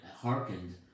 hearkened